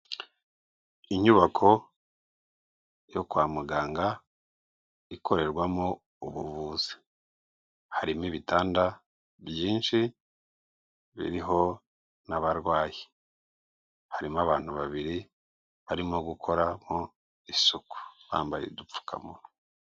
Inyubako yo kwa muganga ikorerwamo ubuvuzi. Harimo ibitanda byinshi, biriho n'abarwayi. harimo abantu babiri barimo gukora mu isuku. Bambaye udupfukamunwa.